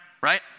right